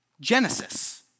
Genesis